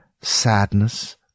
sadness